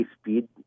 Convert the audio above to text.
speed